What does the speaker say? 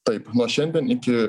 taip nuo šiandien iki